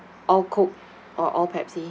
all coke or all pepsi